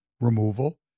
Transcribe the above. removal